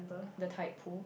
the tide pool